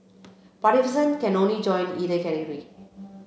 participants can only join either category